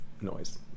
noise